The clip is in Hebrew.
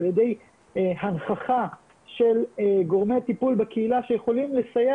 על ידי הנכחה של גורמי טיפול בקהילה שיכולים לסייע